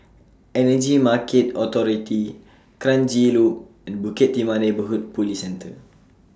Energy Market Authority Kranji Loop and Bukit Timah Neighbourhood Police Centre